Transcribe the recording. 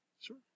Sure